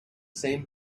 same